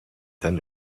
then